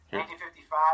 1955